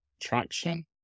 traction